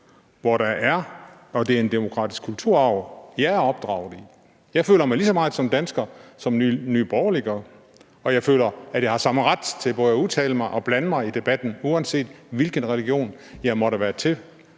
samfund, og det er en demokratisk kulturarv, jeg er opdraget i. Jeg føler mig lige så meget som dansker, som Nye Borgerlige gør, og jeg føler, at jeg har samme ret til både at udtale mig og blande mig i debatten, uanset hvilken religion jeg måtte være